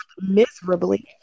Miserably